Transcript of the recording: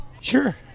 Sure